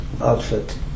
outfit